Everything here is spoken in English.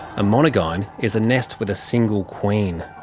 a monogyne is a nest with a single queen.